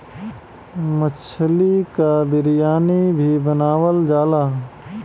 मछली क बिरयानी भी बनावल जाला